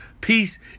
peace